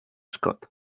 scott